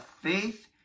faith